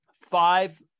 five